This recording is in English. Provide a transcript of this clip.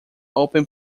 open